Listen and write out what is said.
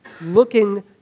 looking